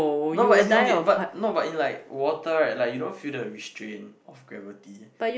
no but as in okay but no but in like water right like you don't feel the restrain of gravity